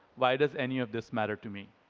why does any of this matter to me?